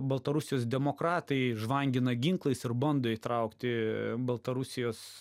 baltarusijos demokratai žvangina ginklais ir bando įtraukti baltarusijos